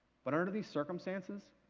but under these circumstances,